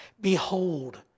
Behold